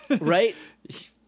Right